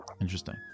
Interesting